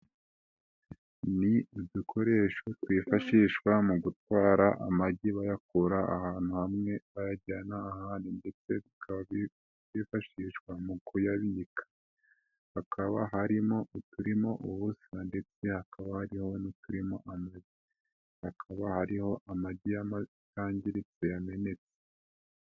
Ni udukoresho twifashishwa mu gutwara amagi bayakura ahantu hamwe bayajyana ahandi ndetse bikaba bifashishwa mu kuyabika, hakaba harimo uturimo ubusi ndetse hakaba hariho n'uturimo amagi, hakaba hariho amagi y'ama yangiritse yamenetse.